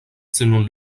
selon